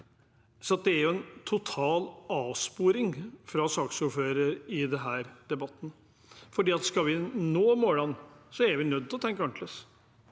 Det er en total avsporing fra saksordføreren i denne debatten, for skal vi nå målene, er vi nødt til å tenke annerledes.